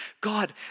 God